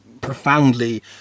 profoundly